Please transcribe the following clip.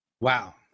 Wow